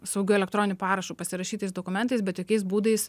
saugiu elektroniniu parašu pasirašytais dokumentais bet jokiais būdais